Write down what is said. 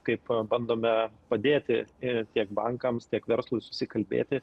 kaip bandome padėti ir tiek bankams tiek verslui susikalbėti